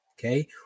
okay